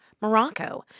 Morocco